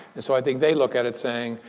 and so i think they look at it saying,